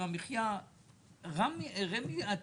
התפקיד של רמ"י הוא